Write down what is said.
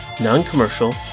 Non-Commercial